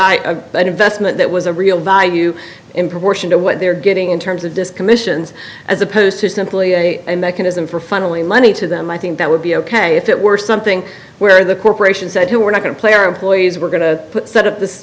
i an investment that was a real value in proportion to what they were getting in terms of just commissions as opposed to simply a mechanism for funneling money to them i think that would be ok if it were something where the corporation said who we're not going to play our employees we're going to set up this